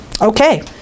Okay